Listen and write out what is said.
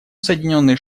соединенные